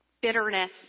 bitterness